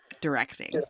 directing